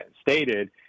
stated